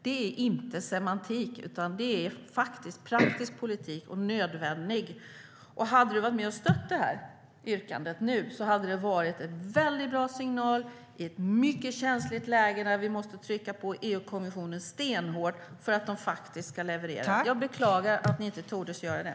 Det är inte semantik, utan det är nödvändig faktisk och praktisk politik. Hade du stött det här yrkandet nu hade det varit en väldigt bra signal i ett mycket känsligt läge när vi måste trycka på EU-kommissionen stenhårt för att den ska leverera. Jag beklagar att ni inte tordes göra det.